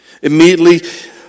Immediately